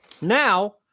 Now